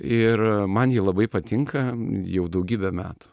ir man ji labai patinka jau daugybę metų